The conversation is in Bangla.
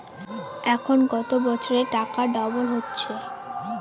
এখন কত বছরে টাকা ডবল হচ্ছে?